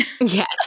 Yes